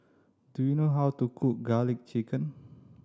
do you know how to cook Garlic Chicken